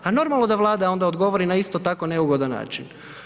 A normalno da Vlada onda odgovori na isto tako neugodan način.